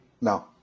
No